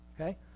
okay